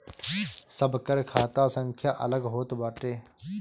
सबकर खाता संख्या अलग होत बाटे